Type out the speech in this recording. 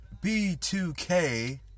B2K